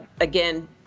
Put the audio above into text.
again